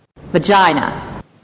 vagina